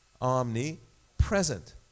omnipresent